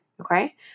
Okay